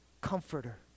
comforter